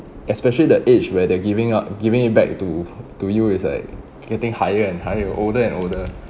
especially that age where they're giving out giving it back to to you it's like getting higher and higher older and older